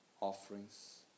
offerings